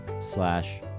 slash